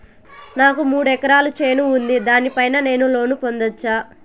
నాకు మూడు ఎకరాలు చేను ఉంది, దాని పైన నేను లోను పొందొచ్చా?